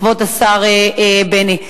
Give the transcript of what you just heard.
כבוד השר בני.